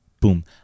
Boom